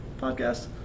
podcast